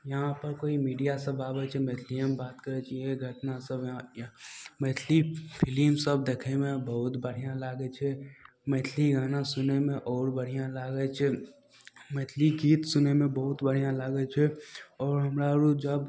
इहाँपर कोइ मीडिया सभ आबय छै मैथलियेमे बात करय छियै घटना सभमे मैथिली फिल्म सभ देखयमे बहुत बढ़िआँ लागय छै मैथिली गाना सुनयमे आओर बढ़िआँ लागय छै मैथिली गीत सुनयमे बहुत बढ़िआँ लागय छै आओर हमरा आर जब